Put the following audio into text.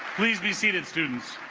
please be seated students